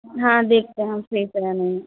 हाँ देखते हैं हम सेफ है या नहीं